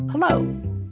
Hello